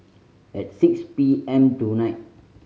at six P M tonight